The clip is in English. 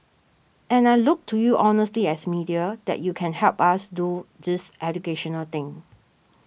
and I look to you honestly as media that you can help us do this educational thing